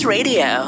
Radio